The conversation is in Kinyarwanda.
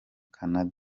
canada